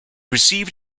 received